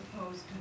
opposed